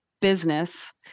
business